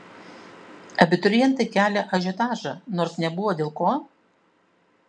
abiturientai kelią ažiotažą nors nebuvo dėl ko